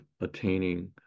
attaining